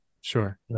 Sure